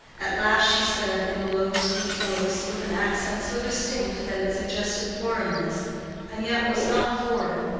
at last she said in a low sweet voice, with an accent so distinct that it suggested foreignness and yet was not foreign,